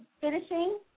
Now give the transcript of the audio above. finishing